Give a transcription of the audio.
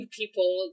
people